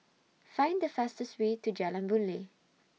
Find The fastest Way to Jalan Boon Lay